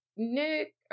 nick